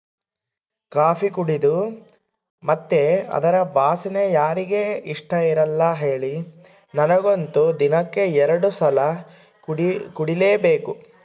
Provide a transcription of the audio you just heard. coffee ಕುಡೇದು ಮತ್ತೆ ಅದರ ವಾಸನೆ ಯಾರಿಗೆ ಇಷ್ಟಇರಲ್ಲ ಹೇಳಿ ನನಗಂತೂ ದಿನಕ್ಕ ಎರಡು ಸಲ ಕುಡಿಲೇಬೇಕು